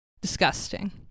Disgusting